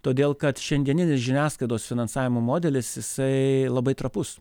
todėl kad šiandieninis žiniasklaidos finansavimo modelis jisai labai trapus